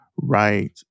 right